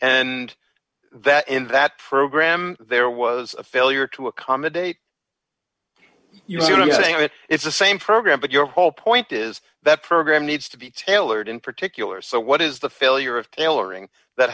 and that in that program there was a failure to accommodate you don't think that it's the same program but your whole point is that program needs to be tailored in particular so what is the failure of tailoring that